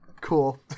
cool